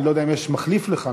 אני לא יודע אם יש מחליף לך,